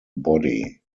body